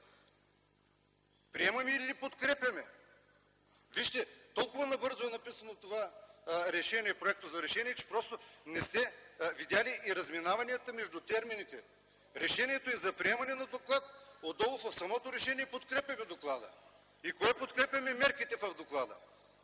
Приемаме или подкрепяме? Вижте, толкова набързо е написан този проект за решение, че просто не сте видели разминаванията между термините. Решението е за приемане на доклад, а отдолу със самото решение подкрепяме доклада. И кое подкрепяме? Мерките в доклада.